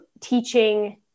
teaching